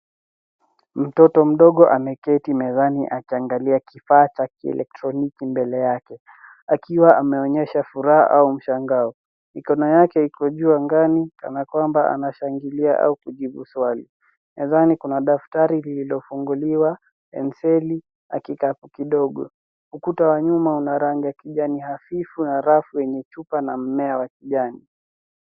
Mtoto mdogo ameketi mezani akiangalia kifaa cha kieletroniki mbele yake, akiwa ameonyesha furaha au mshangao. Mikono yake iko juu angani kana kwamba anashangilia au kujibu swali. Mezani kuna daftari lililofunguliwa, penseli na kikapu kidogo. Ukuta wa nyuma una rangi ya kijani hafifu na rafu yenye chupa na mmea wa kijani.